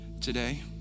today